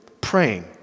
praying